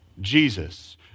Jesus